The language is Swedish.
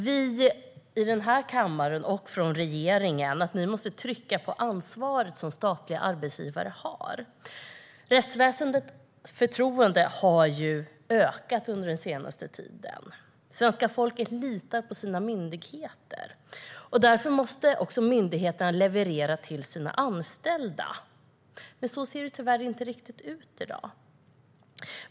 Vi i den här kammaren och ni från regeringen måste trycka på det ansvar statliga arbetsgivare har. Förtroendet för rättsväsendet har ökat den senaste tiden - människor litar på sina myndigheter - och därför måste myndigheterna också leverera till sina anställda. Så ser det tyvärr inte riktigt ut i dag.